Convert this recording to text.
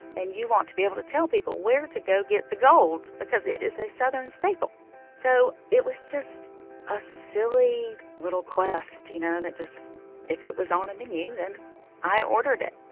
and you want to be able to tell people where to go get the gold because it is a southern staple so it was just a silly little quest, you know, that just if it was on a menu, then i ordered it.